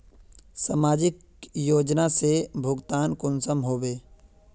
समाजिक योजना से भुगतान कुंसम होबे?